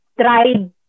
tried